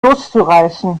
loszureißen